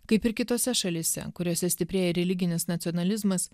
kaip ir kitose šalyse kuriose stiprėja religinis nacionalizmas